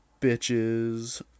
bitches